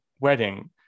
wedding